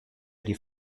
die